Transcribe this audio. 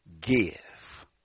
Give